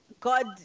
God